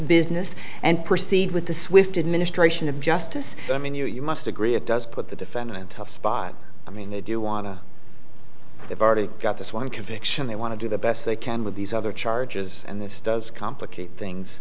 business and proceed with the swift administration of justice i mean you you must agree it does put the defendant by i mean they do want to they've already got this one conviction they want to do the best they can with these other charges and this does complicate things